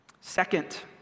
Second